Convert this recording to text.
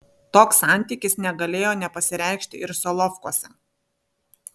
toks santykis negalėjo nepasireikšti ir solovkuose